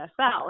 NFL